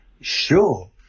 Sure